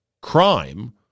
crime